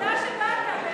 תודה שבאת, באמת.